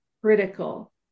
critical